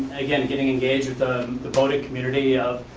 again, getting engaged with the voting community of,